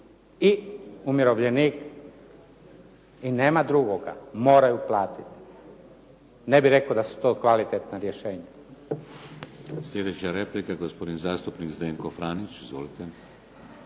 i umirovljenik i nema drugoga. Moraju platiti. Ne bih rekao da su to kvalitetan a rješenja.